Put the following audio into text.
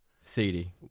CD